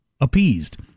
appeased